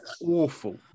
awful